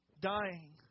dying